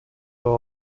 were